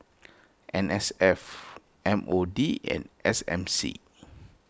N S F M O D and S M C